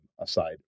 aside